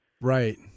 Right